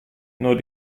non